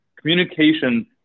communication